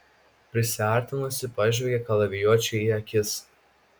prisiartinusi pažvelgė kalavijuočiui į akis